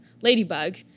Ladybug